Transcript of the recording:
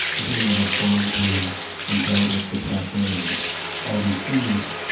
being that i've gone through and dealt with depression and all these things,